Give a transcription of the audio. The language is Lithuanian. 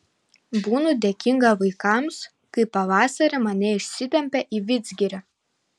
būnu dėkinga vaikams kai pavasarį mane išsitempia į vidzgirį